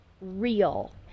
real